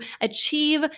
achieve